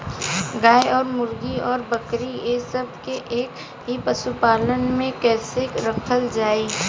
गाय और मुर्गी और बकरी ये सब के एक ही पशुपालन में कइसे रखल जाई?